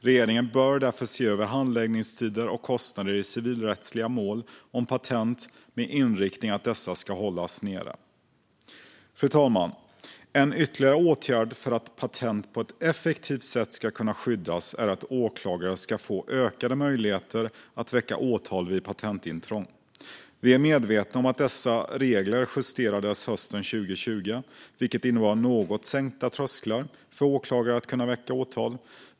Regeringen bör därmed se över handläggningstider och kostnader i civilrättsliga mål om patent, med inriktningen att dessa ska hållas nere. Fru talman! En ytterligare åtgärd för att patent på ett effektivt sätt ska kunna skyddas är att åklagare ska få ökade möjligheter att väcka åtal vid patentintrång. Vi är medvetna om att dessa regler justerades hösten 2020, vilket innebar något sänkta trösklar för åklagare att kunna väcka åtal.